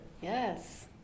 Yes